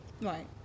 right